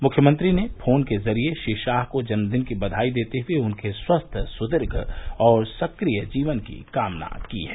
मुख्यमंत्री ने फोन के जरिये श्री शाह को जन्मदिन की दबाई देते हुये उनके स्वस्थ सुदीर्घ और सक्रिय जीवन की कामना की है